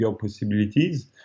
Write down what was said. possibilities